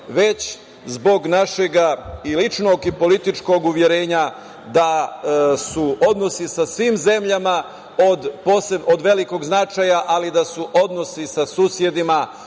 već zbog našeg i ličnog i političkog uverenja da su odnosi sa svim zemljama od velikog značaja, ali da su odnosi sa susedima,